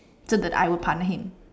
so that I will partner him